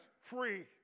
free